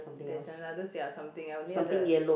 there's another ya something else near the